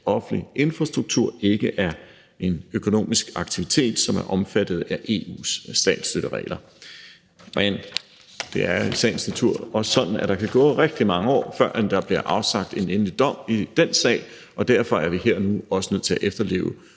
offentlig infrastruktur ikke er en økonomisk aktivitet, som er omfattet af EU's statsstøtteregler. Men det er i sagens natur også sådan, at der kan gå rigtig mange år, førend der bliver afsagt en endelig dom i den sag, og derfor er vi her og nu nødt til at efterleve